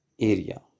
Area